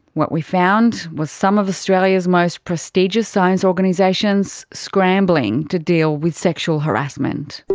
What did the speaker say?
what we found was some of australia's most prestigious science organisations scrambling to deal with sexual harassment.